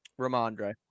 Ramondre